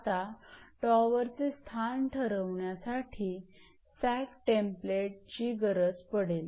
आता टॉवरचे स्थान ठरवण्यासाठी सॅग टेम्प्लेटची गरज पडेल